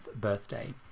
birthday